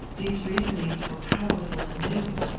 these reasonings were powerful and new.